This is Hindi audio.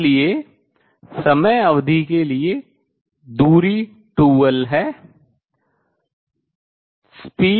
इसलिए समय अवधि के लिए दूरी 2 L है